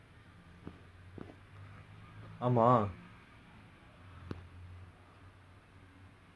இதுல வந்து:ithula vanthu the catching hide and seek lah விளையாடுவல அதுலயும் ஓடி ஓடி ஓடி எனக்கு வந்து:vilaiyaaduvala athulayum odi odi odi enakku vanthu எப்படி சொல்றது:eppadi solrathu